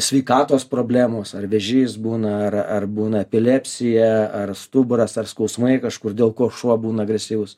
sveikatos problemos ar vėžys būna ar ar būna epilepsija ar stuburas ar skausmai kažkur dėl ko šuo būna agresyvus